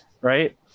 right